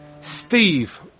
Steve